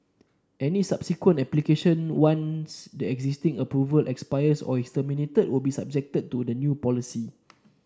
any subsequent application once the existing approval expires or is terminated will be subjected to the new policy